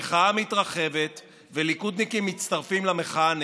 המחאה מתרחבת וליכודניקים מצטרפים למחאה נגדו.